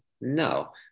No